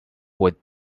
with